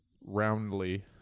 roundly